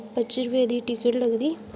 पच्ची रपे दी टिकट लगदी